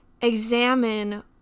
examine